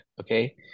okay